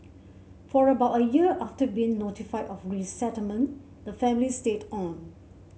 for about a year after being notified of resettlement the family stayed on